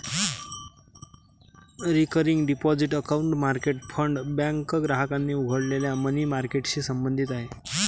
recurring deposit account market fund bank ग्राहकांनी उघडलेल्या money मार्केटशी संबंधित आहे